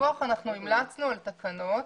בדיווח אנחנו המלצנו על תקנות.